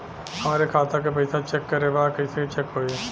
हमरे खाता के पैसा चेक करें बा कैसे चेक होई?